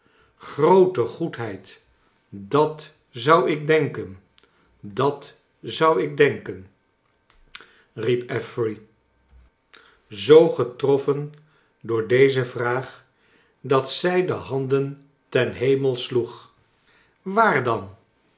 groote goedheid dat zou ik denken dat zou ik denken i riep afkleine dokrit fery zoo getroffen door deze vraag dat zij de handen ten hemel sloeg waar dan